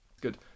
Good